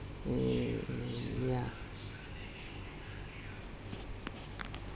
err ya